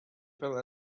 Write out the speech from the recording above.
fell